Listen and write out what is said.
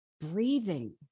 Breathing